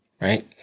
right